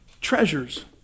treasures